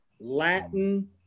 latin